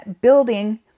building